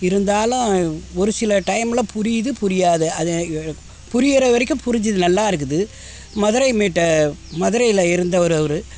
இருந்தாலும் ஒரு சில டைம்ல புரியுது புரியாது அது எ புரிகிற வரைக்கும் புரிஞ்சது நல்லா இருக்குது மதுரை மீட்ட மதுரையில் இருந்தவர் அவர்